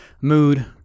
mood